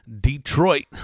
Detroit